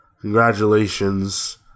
Congratulations